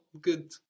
good